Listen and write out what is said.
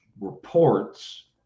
reports